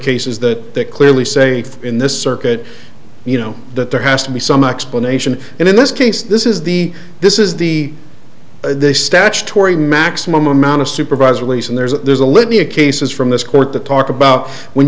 cases that they clearly say in this circuit you know that there has to be some explanation and in this case this is the this is the they statutory maximum amount of supervised release and there's a libya cases from this court to talk about when